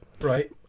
Right